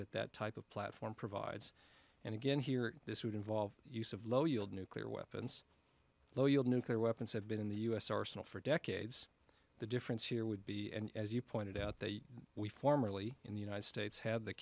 that that type of platform provides and again here this would involve use of low yield nuclear weapons low yield nuclear weapons have been in the u s arsenal for decades the difference here would be and as you pointed out they we formerly in the united states have the